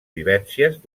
vivències